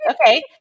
okay